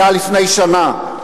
זה היה לפני שנה.